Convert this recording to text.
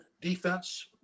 defense